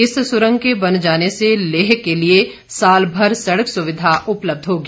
इस सुरंग के बन जाने से लेह के लिए सालभर सड़क सुविधा उपलब्ध होगी